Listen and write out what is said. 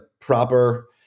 proper